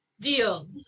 Deal